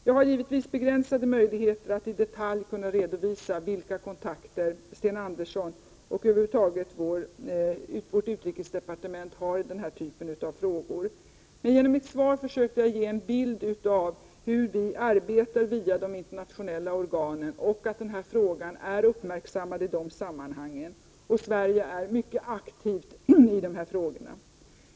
Jag har givetvis begränsade möjligheter att i detalj kunna redovisa vilka kontakter Sten Andersson och över huvud taget vårt utrikesdepartement har i den här typen av frågor, men genom mitt svar försökte jag ge en bild av hur vi arbetar via de internationella organen och att den här frågan är uppmärksammad i de sammanhangen. Sverige är mycket aktivt i dessa frågor.